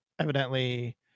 evidently